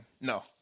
No